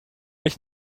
mich